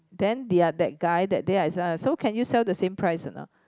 then their that guy that day as well so can you sell the same price or not